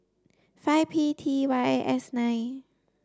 five P T Y S nine